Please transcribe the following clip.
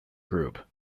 group